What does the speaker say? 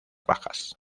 bajas